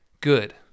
good